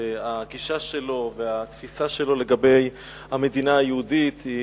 שהגישה שלו והתפיסה שלו לגבי המדינה היהודית היא